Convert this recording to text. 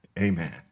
Amen